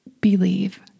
believe